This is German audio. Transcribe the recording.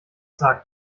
sagt